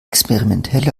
experimentelle